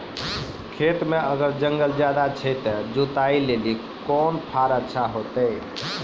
खेत मे अगर जंगल ज्यादा छै ते जुताई लेली कोंन फार अच्छा होइतै?